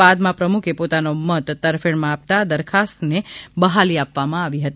બાદમાં પ્રમુખે પોતાનો મત તરફેણમાં આપતાં આ દરખાસ્તને બહાલી આપવામાં આવી હતી